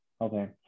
Okay